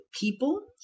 people